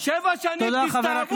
שבע שנים, תסתאבו.